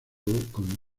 con